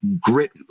grit